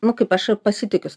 nu kaip aš pasitikiu